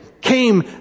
came